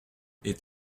est